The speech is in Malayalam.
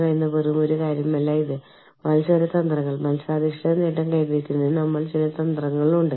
അതിനാൽ ദീർഘകാല അസൈനികളുടെ ഡാറ്റയിൽ ശേഖരിക്കാൻ കുറച്ച് സമയമുണ്ട്